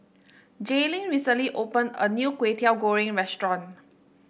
Jaelynn recently opened a new Kway Teow Goreng restaurant